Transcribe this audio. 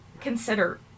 consider